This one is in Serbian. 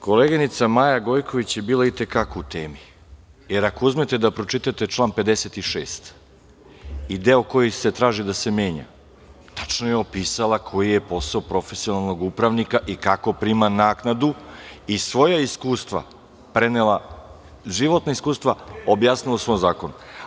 Kolega Đurišiću, koleginica Maja Gojković je bila i te kako u temi, jer ako uzmete da pročitate član 56. i deo koji se traži da se menja, tačno je opisala koji je posao profesionalnog upravnika i kako prima naknadu i svoja životna iskustva objasnila u svom zakonu.